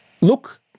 look